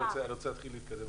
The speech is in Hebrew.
אני רוצה להתחיל להתקדם